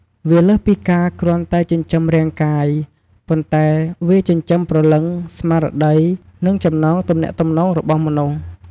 វាលើសពីការគ្រាន់តែចិញ្ចឹមរាងកាយ ប៉ុន្តែវាចិញ្ចឹមព្រលឹង ស្មារតី និងចំណងទំនាក់ទំនងរបស់មនុស្ស។